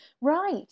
right